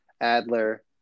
Adler